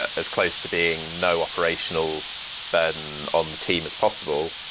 as close to being no operational burden on the team is possible.